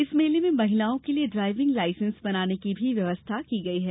इस मेले में महिलाओं के लिये ड्राविंग लाइसेंस बनाने की भी व्यवस्था की गई है